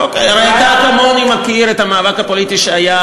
הרי אתה כמוני מכיר את המאבק הפוליטי שהיה